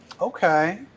Okay